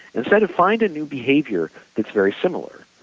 instead find a new behavior that's very similar.